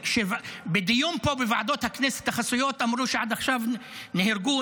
בדיון פה בוועדות הכנסת החסויות אמרו שעד עכשיו נהרגו,